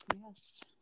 Yes